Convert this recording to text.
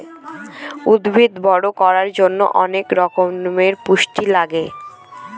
উদ্ভিদ বড়ো করার জন্য অনেক রকমের পুষ্টি লাগে